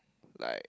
like